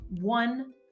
one